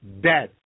dead